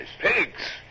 Pigs